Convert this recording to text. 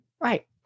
Right